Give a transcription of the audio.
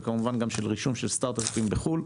וכמובן גם של רישום של סטארטאפים בחו"ל.